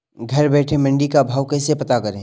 घर बैठे मंडी का भाव कैसे पता करें?